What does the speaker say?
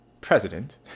president